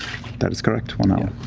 that is correct, one hour.